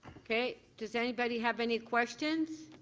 okay, does anybody have any questions